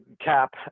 cap